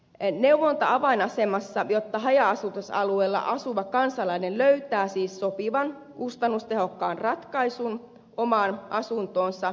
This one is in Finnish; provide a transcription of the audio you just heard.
neuvonta on avainasemassa jotta haja asutusalueella asuva kansalainen löytää siis sopivan kustannustehokkaan ratkaisun omaan asuntoonsa